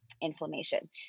inflammation